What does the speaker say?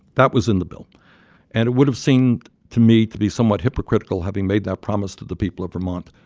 that was in the bill and it would have seemed to me to be somewhat hypocritical, having made that promise to the people of vermont,